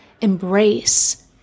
embrace